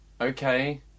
Okay